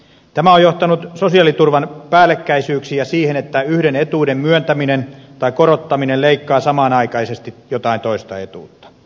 tämä on johtanut sosiaaliturvan päällekkäisyyksiin ja siihen että yhden etuuden myöntäminen tai korottaminen leikkaa samanaikaisesti jotain toista etuutta